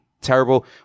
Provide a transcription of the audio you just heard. terrible